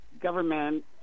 government